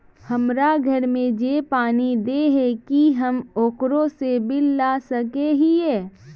हमरा घर में जे पानी दे है की हम ओकरो से बिल ला सके हिये?